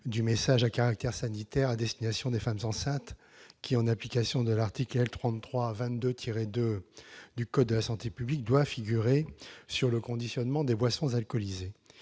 du message à caractère sanitaire à destination des femmes enceintes qui, en application de l'article L. 3322-2 du code de la santé publique, doit figurer sur le conditionnement des boissons alcoolisées